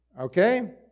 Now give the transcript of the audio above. Okay